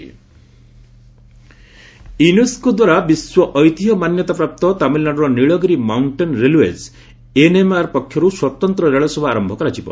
Nilgiri train UNESCO ଦ୍ୱାରା ବିଶ୍ୱ ଐତିହ୍ୟ ମାନ୍ୟତା ପ୍ରାପ୍ତ ତାମିଲନାଡ଼ୁର ନୀଳଗିରି ମାଉଣ୍ଟେନ୍ ରେଲୱେକ୍ ଏନ୍ଏମ୍ଆର୍ ପକ୍ଷରୁ ସ୍ୱତନ୍ତ୍ର ରେଳସେବା ଆରମ୍ଭ କରାଯିବ